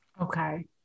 Okay